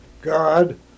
God